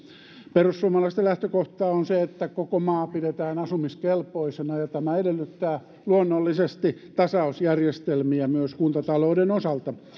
perussuomalaisten lähtökohta on se että koko maa pidetään asumiskelpoisena ja tämä edellyttää luonnollisesti tasausjärjestelmiä myös kuntatalouden osalta